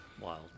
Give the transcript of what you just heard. wild